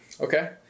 Okay